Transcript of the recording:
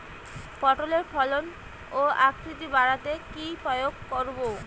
পটলের ফলন ও আকৃতি বাড়াতে কি প্রয়োগ করব?